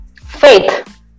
faith